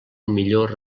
millor